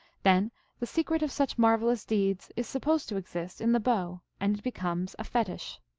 then the secret of such marvelous deeds is supposed to exist in the bow, and it becomes a fetich.